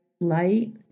light